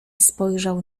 spojrzał